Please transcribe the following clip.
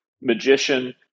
magician